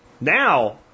Now